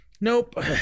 nope